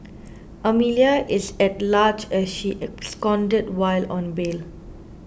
Amelia is at large as she absconded while on bail